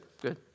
good